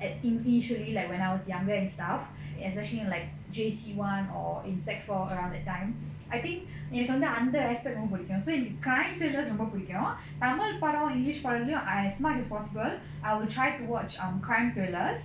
at initially like when I was younger and stuff especially in like J_C one or in sec four around that time I think எனக்கு வந்து அந்த:enakku vandhu andha aspect ரொம்ப புடிக்கும்:romba pudikkum so எனக்கு:enakku crimethrillers ரொம்ப புடிக்கும்:romba pudikkum tamil படம:padam english படத்தில:padathila I as much as possible I will try to watch um crime thrillers